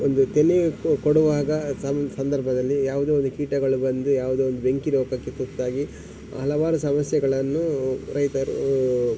ಒಂದು ತೆನೆ ಕೊಡುವಾಗ ಸಂದರ್ಭದಲ್ಲಿ ಯಾವುದೋ ಒಂದು ಕೀಟಗಳು ಬಂದು ಯಾವುದೋ ಒಂದು ಬೆಂಕಿ ರೋಗಕ್ಕೆ ತುತ್ತಾಗಿ ಹಲವಾರು ಸಮಸ್ಯೆಗಳನ್ನು ರೈತರು